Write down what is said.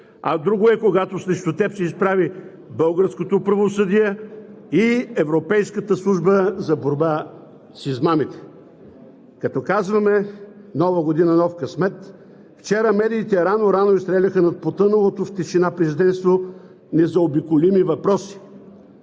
а друго е, когато срещу теб се изправят българското правосъдие и Европейската служба за борба с измамите. Като казваме „Нова година – нов късмет!“, вчера медиите рано-рано изстреляха над потъналото в тишина президентство незаобиколими въпроси: